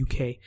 UK